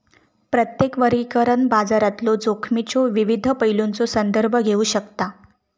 प्रत्येक वर्गीकरण बाजारातलो जोखमीच्यो विविध पैलूंचो संदर्भ घेऊ शकता